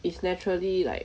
is naturally like